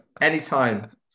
Anytime